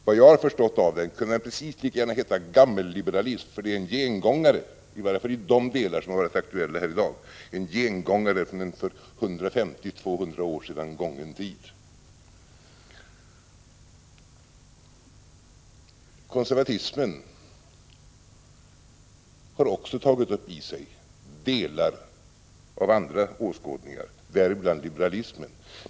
Vad jag har kunnat förstå av det kunde det precis lika gärna heta gammelliberalism, för det är en gengångare i varje fall i de delar som varit aktuella här i dag. Det är en gengångare för en 150-200 år sedan gången tid. Konservatismen har också tagit upp i sig delar av andra åskådningar, däribland liberalismen.